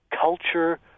culture